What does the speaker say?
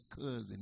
cousin